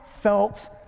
felt